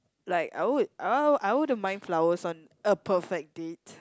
like I would I I wouldn't mind flowers on a perfect date